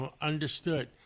understood